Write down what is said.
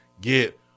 get